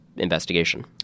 Investigation